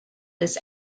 this